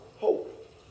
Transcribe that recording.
hope